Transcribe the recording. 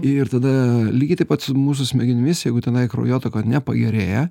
ir tada lygiai taip pat su mūsų smegenimis jeigu tenai kraujotaka nepagerėja